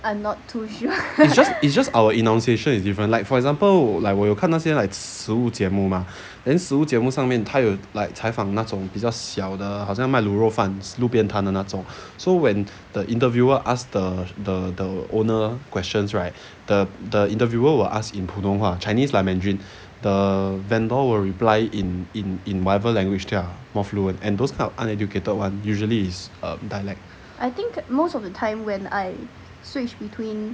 it's just it's just our enunciation is different like for example like 我有看那些食物节目 mah then 食物节目上面它有 like 采访那种比较小的好像卖卤肉饭路边摊的那种 so when the interviewer ask the the the owner questions right the the interviewer will ask in 普通话 chinese lah mandarin the vendor will reply in in in whatever language they are more fluent and those kind of uneducated one usually is dialect